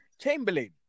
Chamberlain